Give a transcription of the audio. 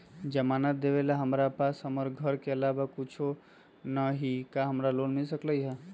जमानत देवेला हमरा पास हमर घर के अलावा कुछो न ही का हमरा लोन मिल सकई ह?